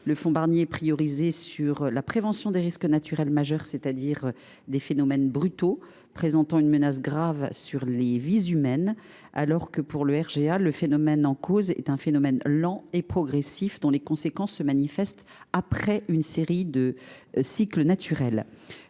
Le fonds Barnier a vocation à financer la prévention des risques naturels majeurs, c’est à dire des phénomènes brutaux présentant une menace grave pour les vies humaines, alors que le RGA est un phénomène lent et progressif, dont les conséquences se manifestent après une série de cycles naturels.